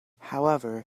however